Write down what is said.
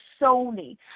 Sony